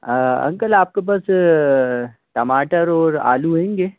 uncle आपके पास टमाटर और आलू होंगे